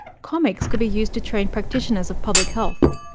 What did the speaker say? comics could be used to train practitioners of public health.